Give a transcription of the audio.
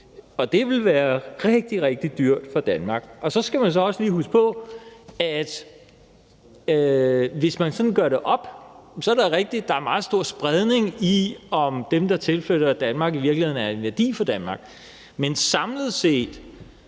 Og det ville være rigtig, rigtig dyrt for Danmark. Så skal man også lige huske på, at hvis man sådan gør det op, er det rigtigt, at der er meget stor spredning i, om dem, der tilflytter Danmark, i virkeligheden er en værdi for Danmark. Men samlet set